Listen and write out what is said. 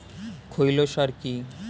খৈল সার কি?